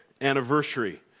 anniversary